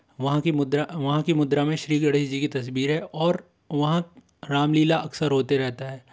वहाँ की मुद्रा वहाँ की मुद्रा में श्री गणेश जी की तस्वीर है और वहाँ रामलीला अक्सर होते रहता है